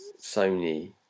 Sony